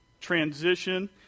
transition